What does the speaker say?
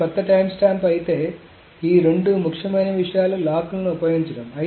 ఇది కొత్త టైమ్స్టాంప్ అయితే ఈ రెండు ముఖ్యమైన విషయాలు లాక్ లను ఉపయోగించడం